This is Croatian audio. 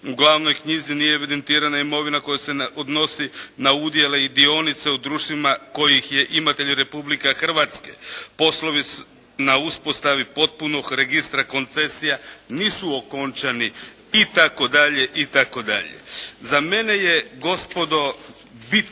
U glavnoj knjizi nije evidentirana imovina koja se odnosi na udjele i dionice u društvima kojih je imatelj Republika Hrvatska. Poslovi na uspostavi potpunog registra koncesija nisu okončani i tako dalje i tako dalje.